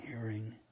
hearing